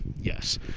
yes